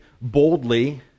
boldly